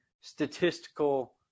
statistical –